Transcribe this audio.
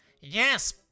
Yes